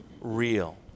real